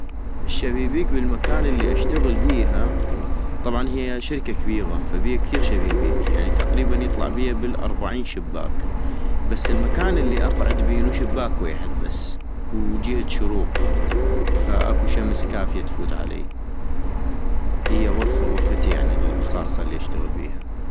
الشبيبيك بالمكان الي اشتغل بيها ؟ طبعا هي شركة كبيغة فبيها كثيغ شبيبيك يعني تقريبا يطلع بيها بالاربعين شباك ، بس المكان الي اقعد بينو شباك ويحد بس ، وجهة شروق فاكو شمس كافية تفوت علي هي غرفة غرفتي يعني الخاصة الي اشتغل بيها